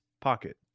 pocket